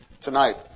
Tonight